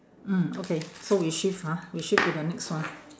mm okay so we shift ha we shift to the next one